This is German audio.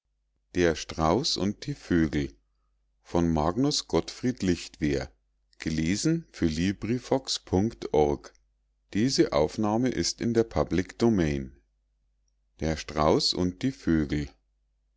gottfried lichtwer der